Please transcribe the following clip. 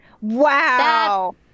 Wow